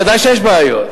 ודאי שיש בעיות.